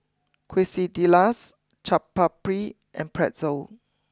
Quesadillas Chaat Papri and Pretzel